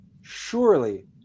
surely